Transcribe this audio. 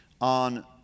on